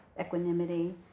equanimity